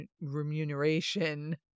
remuneration